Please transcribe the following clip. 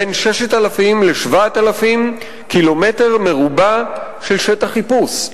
בין 6,000 ל-7,000 קמ"ר של שטח חיפוש?